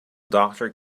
doctor